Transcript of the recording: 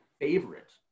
favorite